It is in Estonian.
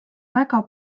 väga